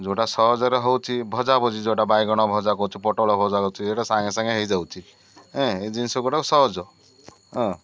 ଯେଉଁଟା ସହଜରେ ହେଉଛି ଭଜା ଭଜି ଯେଉଁଟା ବାଇଗଣ ଭଜା କହୁଛୁ ପୋଟଳ ଭଜା କରୁଛି ସେଇଟା ସାଙ୍ଗେ ସାଙ୍ଗେ ହେଇଯାଉଛି ଏଁ ଏଇ ଜିନିଷ ଗୁଡ଼ାକ ସହଜ ହଁ